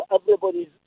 Everybody's